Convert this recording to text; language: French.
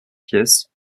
pièces